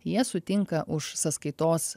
jie sutinka už sąskaitos